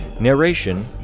Narration